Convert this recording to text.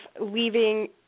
leaving